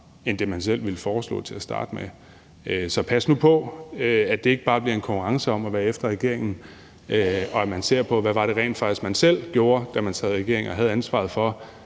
end det, man selv ville foreslå til at starte med. Så pas nu på, at det ikke bare bliver en konkurrence om at være efter regeringen, men at man ser på, hvad det rent faktisk var, man selv gjorde, da man sad i regering og havde ansvaret for,